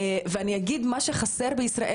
ואני אגיד מה שחסר בישראל,